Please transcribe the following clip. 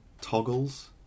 toggles